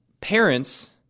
parents